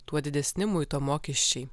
tuo didesni muito mokesčiai